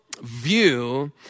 view